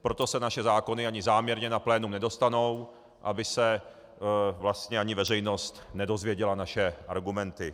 Proto se naše zákony ani záměrně na plénum nedostanou, aby se vlastně ani veřejnost nedozvěděla naše argumenty.